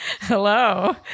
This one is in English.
Hello